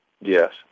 Yes